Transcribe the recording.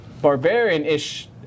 barbarian-ish